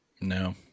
No